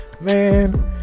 Man